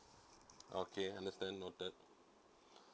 okay understand noted